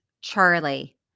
Charlie